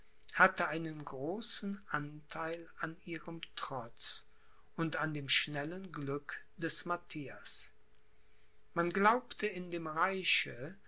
hatte einen großen antheil an ihrem trotz und an dem schnellen glück des matthias man glaubte in dem reiche